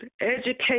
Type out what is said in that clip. educate